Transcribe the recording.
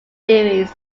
theories